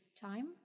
time